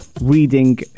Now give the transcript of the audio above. reading